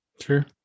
Sure